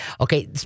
Okay